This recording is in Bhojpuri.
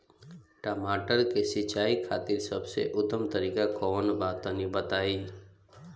टमाटर के सिंचाई खातिर सबसे उत्तम तरीका कौंन बा तनि बताई?